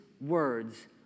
words